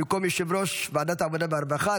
במקום יושב-ראש ועדת העבודה והרווחה,